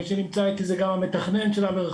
מי שנמצא איתי זה גם המתכנן של המרחב.